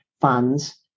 funds